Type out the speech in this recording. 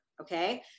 okay